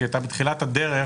כי בתחילת הדרך